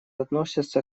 относится